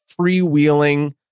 freewheeling